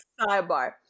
sidebar